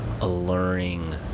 alluring